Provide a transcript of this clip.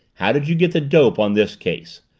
how did you get the dope on this case?